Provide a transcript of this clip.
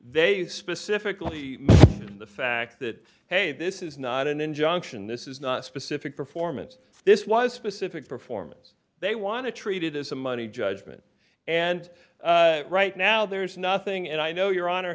they specifically the fact that hey this is not an injunction this is not specific performance this was specific performance they want to treat it as a money judgment and right now there's nothing and i know your honor